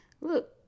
Look